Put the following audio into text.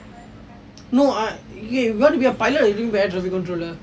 no are you going to be a pilot or going to be air traffic controller